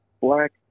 black